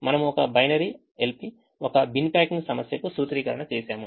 మనము ఒక binary IP ఒక బిన్ ప్యాకింగ్ సమస్యకు సూత్రీకరణ చేసాము